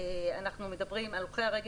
אנחנו מדברים על הולכי הרגל,